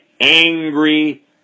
angry